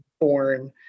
born